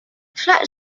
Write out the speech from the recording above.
flood